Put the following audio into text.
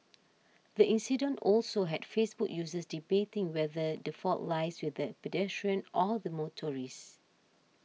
the accident also had Facebook users debating whether the fault lies with the pedestrian or the motorcyclist